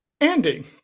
Andy